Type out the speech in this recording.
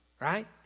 Right